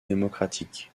démocratique